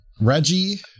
Reggie